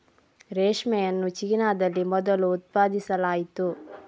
ರೇಷ್ಮೆಯನ್ನು ಚೀನಾದಲ್ಲಿ ಮೊದಲು ಉತ್ಪಾದಿಸಲಾಯಿತು